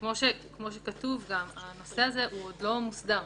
כמו שכתוב, הנושא הזה עוד לא מוסדר.